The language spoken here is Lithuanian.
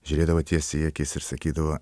žiūrėdavo tiesiai į akis ir sakydavo